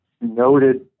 noted